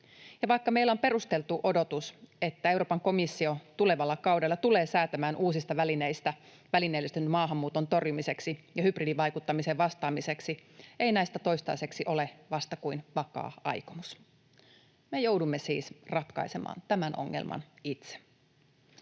vaikka meillä on perusteltu odotus, että Euroopan komissio tulevalla kaudella tulee säätämään uusista välineistä välineellistetyn maahanmuuton torjumiseksi ja hybridivaikuttamiseen vastaamiseksi, ei näistä toistaiseksi ole vasta kuin vakaa aikomus. Me joudumme siis ratkaisemaan tämän ongelman itse.